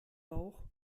bauch